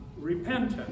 repentance